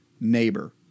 neighbor